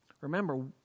Remember